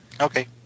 okay